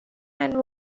and